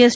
S